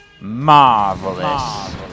Marvelous